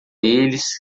eles